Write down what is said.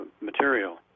material